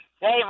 Hey